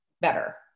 better